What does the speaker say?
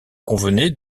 convenaient